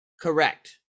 correct